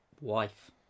wife